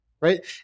Right